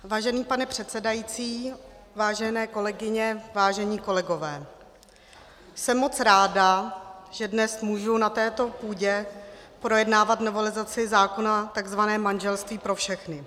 Vážený pane předsedající, vážené kolegyně, vážení kolegové, jsem moc ráda, že dnes můžu na této půdě projednávat novelizaci zákona takzvané manželství pro všechny.